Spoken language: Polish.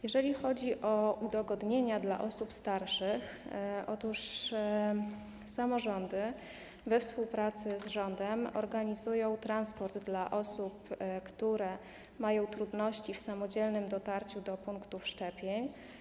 Jeżeli chodzi o udogodnienia dla osób starszych, samorządy we współpracy z rządem organizują transport dla osób, które mają trudności w samodzielnym dotarciu do punktów szczepień.